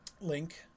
link